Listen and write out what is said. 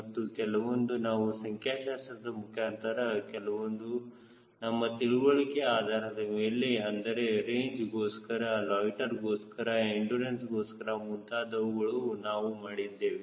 ಮತ್ತು ಕೆಲವೊಂದು ನಾವು ಸಂಖ್ಯಾಶಾಸ್ತ್ರದ ಮುಖಾಂತರ ಕೆಲವೊಂದು ನಮ್ಮ ತಿಳುವಳಿಕೆಯ ಆಧಾರದ ಮೇಲೆ ಅಂದರೆ ರೇಂಜ್ ಗೋಸ್ಕರ ಲೊಯ್ಟ್ಟೆರ್ಗೋಸ್ಕರ ಎಂಡುರನ್ಸ್ಗೋಸ್ಕರ ಮುಂತಾದವುಗಳು ನಾವು ಮಾಡಿದ್ದೇವೆ